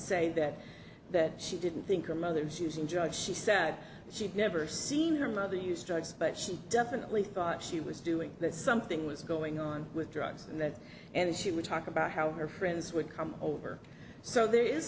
say that that she didn't think her mother is using drugs she said she'd never seen her mother used drugs but she definitely thought she was doing something was going on with drugs and that and she would talk about how her friends would come over so there is